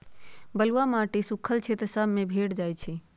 बलुआ माटी सुख्खल क्षेत्र सभ में भेंट जाइ छइ